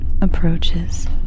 approaches